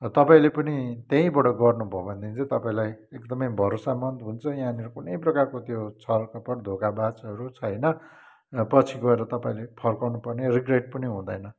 र तपाईँले पनि त्यहीबाट गर्नु भयो भनेदेखि चाहिँ तपाईँलाई एकदमै भरोसामन्द हुन्छ यहाँनिर कुनै प्रकारको त्यो छलकपट धोकाबाजहरू छैन र पछि गएर तपाईँले फर्काउनु पर्ने रिग्रेट पनि हुँदैन